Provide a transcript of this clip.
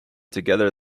together